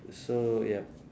so yup